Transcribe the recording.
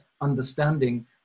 understanding